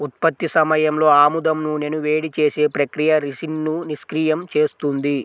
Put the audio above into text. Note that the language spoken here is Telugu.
ఉత్పత్తి సమయంలో ఆముదం నూనెను వేడి చేసే ప్రక్రియ రిసిన్ను నిష్క్రియం చేస్తుంది